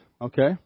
okay